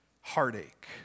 Heartache